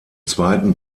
zweiten